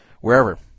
wherever